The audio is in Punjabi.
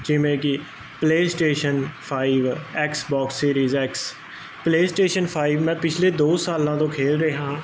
ਜਿਵੇਂ ਕਿ PlayStation five Xbox series X PlayStation five ਮੈ ਪਿਛਲੇ ਦੋ ਸਾਲਾਂ ਤੋਂ ਖੇਲ ਰਿਹਾ ਹਾਂ